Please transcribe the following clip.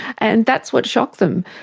and that's what shocked them.